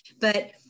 But-